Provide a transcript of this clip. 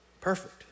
Perfect